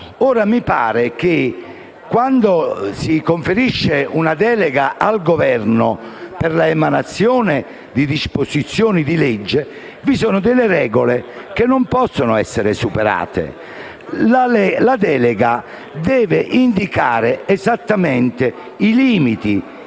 pare, però, che, quando si conferisce una delega al Governo per l'emanazione di disposizioni di legge, vi siano delle regole che non possono essere superate. La delega deve indicare esattamente i limiti